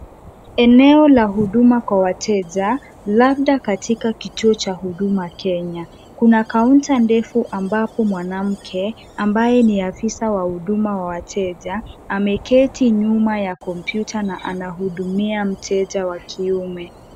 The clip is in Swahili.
Eneo la huduma kwa wateja, labda katika kituo cha Huduma Kenya. Kuna kaunta ndefu ambapo mwanamke ambaye ni afisa wa huduma wa wateja, ameketi nyuma ya kompyuta na anahudumia mteja wa kiume.